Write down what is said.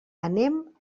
anem